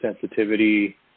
sensitivity